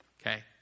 Okay